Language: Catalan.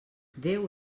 déu